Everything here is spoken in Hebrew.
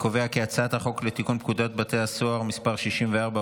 חוק לתיקון פקודת בתי הסוהר (מס' 64,